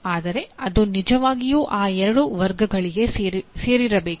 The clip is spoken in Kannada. ಆದರೆ ಅದು ನಿಜವಾಗಿಯೂ ಆ ಎರಡು ವರ್ಗಗಳಿಗೆ ಸೇರಿರಬೇಕು